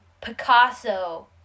picasso